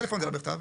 טלפון זה לא בכתב.